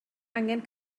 angen